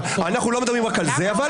אנחנו לא מדברים רק על זה --- לא.